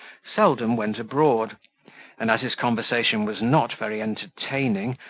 seldom went abroad and as his conversation was not very entertaining,